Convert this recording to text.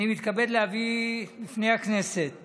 אני מתכבד להביא בפני הכנסת